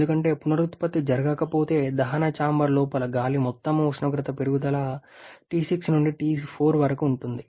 ఎందుకంటే పునరుత్పత్తి జరగకపోతే దహన చాంబర్ లోపల గాలి మొత్తం ఉష్ణోగ్రత పెరుగుదల T6 నుండి T4 వరకు ఉంటుంది